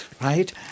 right